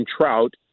Trout